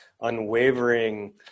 unwavering